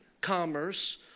commerce